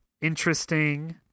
interesting